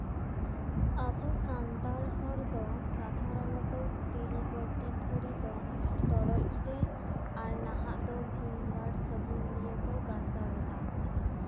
ᱟᱵᱚ ᱥᱟᱱᱛᱟᱲ ᱦᱚᱲ ᱫᱚ ᱥᱟᱫᱷᱟᱨᱚᱱᱚᱛᱚ ᱥᱴᱤᱞ ᱵᱟᱹᱴᱤ ᱛᱷᱟᱹᱨᱤ ᱫᱚ ᱛᱚᱨᱚᱡ ᱛᱮ ᱟᱨ ᱱᱟᱦᱟᱜ ᱫᱚ ᱵᱷᱤᱢ ᱵᱟᱨ ᱥᱟᱵᱚᱱ ᱫᱤᱭᱮ ᱠᱚ ᱜᱟᱥᱟᱣ ᱮᱫᱟ